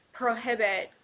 prohibit